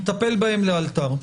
נטפל בהן לאלתר.